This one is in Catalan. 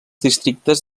districtes